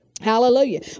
Hallelujah